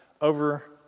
over